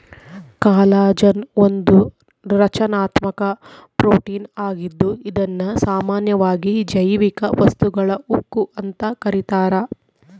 collagen ಒಂದು ರಚನಾತ್ಮಕ protein ಆಗಿದ್ದು ಇದುನ್ನ ಸಾಮಾನ್ಯವಾಗಿ ಜೈವಿಕ ವಸ್ತುಗಳ ಉಕ್ಕು ಅಂತ ಕರೀತಾರ